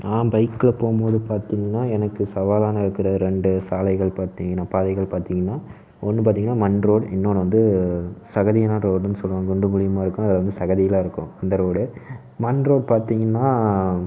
நான் பைக்கில் போகும்போது பார்த்திங்கன்னா எனக்கு சவாலான இருக்கிற ரெண்டு சாலைகள் பார்த்திங்கன்னா பாதைகள் பார்த்திங்கன்னா ஒன்று பார்த்திங்கன்னா மண் ரோடு இன்னொன்று சகதியான ரோடுன்னு சொல்லுவாங்க குண்டும் குழியுமாக இருக்கும் அதில் வந்து சகதியெல்லாம் இருக்கும் அந்த ரோடு மண் ரோடு பார்த்திங்கன்னா